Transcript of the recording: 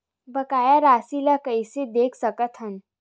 बकाया राशि ला कइसे देख सकत हान?